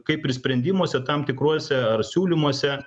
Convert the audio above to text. kaip ir sprendimuose kam tikruose ar siūlymuose